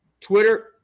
Twitter